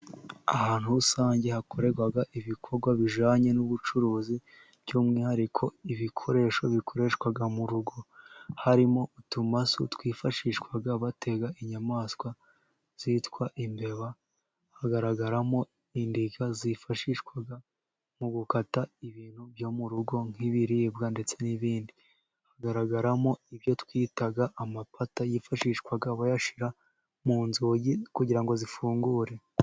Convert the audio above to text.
Ahantu rusange hakorerwa ibikorwa bijyanye n'ubucuruzi by'umwihariko ibikoresho bikoreshwa mu rugo harimo, utumasu twifashishwa batega inyamaswa zitwa imbeba, hagaragaramo n'indiga zifashishwa mu gukata ibintu byo mu rugo nk'ibiribwa ndetse n'ibindi, hagaragaramo ibyo twita amapata yifashishwa bayashyira mu nzugi kugira ngo zifungure.